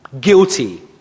guilty